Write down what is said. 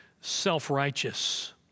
self-righteous